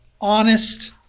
honest